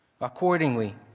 accordingly